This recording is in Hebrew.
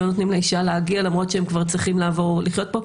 לא נותנים לאישה להגיע למרות שהם כבר צריכים לחיות פה.